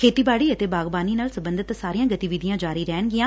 ਖੇਤੀਬਾੜੀ ਅਤੇ ਬਾਗਬਾਨੀ ਨਾਲ ਸਬੰਧਤ ਸਾਰੀਆਂ ਗਤੀਵਿਧੀਆਂ ਜਾਰੀ ਰਹਿਣਗੀਆਂ